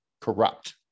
corrupt